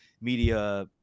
media